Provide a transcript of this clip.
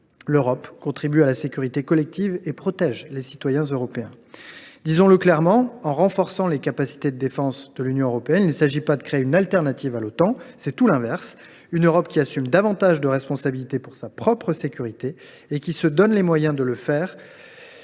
L’Europe contribue à la sécurité collective et protège les citoyens européens. Disons le clairement, en renforçant les capacités de défense de l’Union européenne, il ne s’agit pas de créer une alternative à l’Otan, c’est tout l’inverse : une Europe qui assume davantage de responsabilités pour sa propre sécurité et qui se donne les moyens de le faire